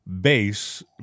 base